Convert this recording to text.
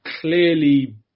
clearly